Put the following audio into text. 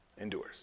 Endure's